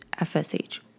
FSH